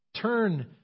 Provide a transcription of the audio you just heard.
Turn